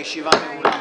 הישיבה נעולה.